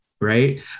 Right